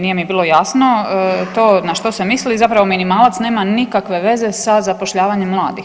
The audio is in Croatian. Nije mi bilo jasno to na što se misli, zapravo minimalac nema nikakve veze sa zapošljavanjem mladih.